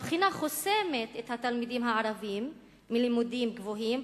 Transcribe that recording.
הבחינה חוסמת את התלמידים הערבים מלהגיע ללימודים גבוהים,